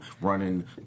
running